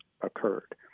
occurred